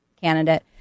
candidate